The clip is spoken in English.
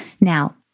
Now